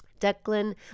Declan